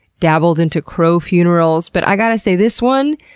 dabbled into crow funerals. but i gotta say, this one,